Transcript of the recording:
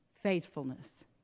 Faithfulness